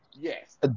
Yes